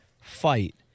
fight